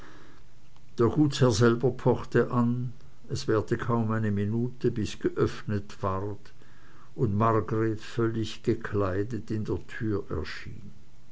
der gutsherr selber pochte an es währte kaum eine minute bis geöffnet ward und margreth völlig gekleidet in der türe erschien